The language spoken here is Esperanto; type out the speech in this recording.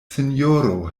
sinjoro